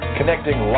Connecting